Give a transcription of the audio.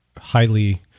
highly